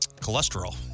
Cholesterol